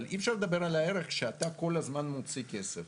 אבל אי אפשר לדבר על הערך כשאתה כל הזמן מוציא כסף.